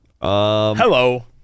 Hello